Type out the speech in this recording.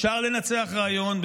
אפשר לנצח רעיון,